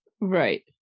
Right